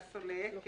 ולסולק".